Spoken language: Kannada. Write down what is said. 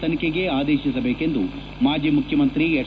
ತನಿಖೆಗೆ ಆದೇತಿಸಬೇಕೆಂದು ಮಾಜಿ ಮುಖ್ಯಮಂತ್ರಿ ಎಚ್